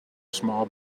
small